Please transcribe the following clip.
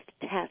test